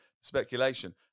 speculation